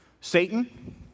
Satan